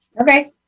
okay